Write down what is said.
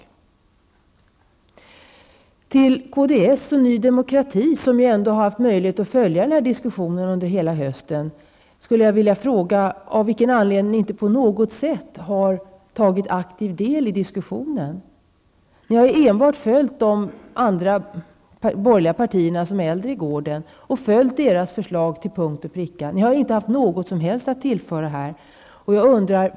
Så till kds och Ny Demokrati, som ju hela hösten har haft möjlighet att följa den här diskussionen. Jag skulle vilja fråga varför ni inte på något sätt aktivt har tagit del i den här diskussionen. Ni har ju enbart följt de andra borgerliga partierna, som är äldre i gården. Ni har alltså följt deras förslag till punkt och pricka och har inte haft någonting att tillföra här.